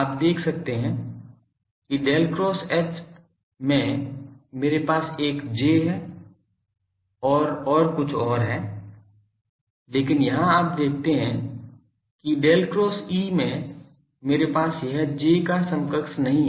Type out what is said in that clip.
आप देख सकते हैं कि Del cross H में मेरे पास एक J है और कुछ और है लेकिन यहां आप देखते हैं कि Del cross E में मेरे पास यह J का समकक्ष नहीं है